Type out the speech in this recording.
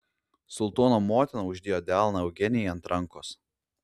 sultono motina uždėjo delną eugenijai ant rankos